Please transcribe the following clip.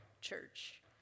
church